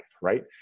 right